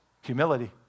Humility